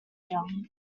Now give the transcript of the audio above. young